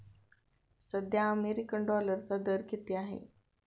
सध्या अमेरिकन डॉलरचा दर किती आहे?